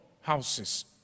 houses